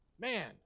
Man